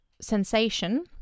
sensation